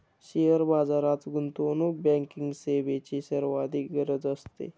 share बाजारात गुंतवणूक banking सेवेची सर्वाधिक गरज असते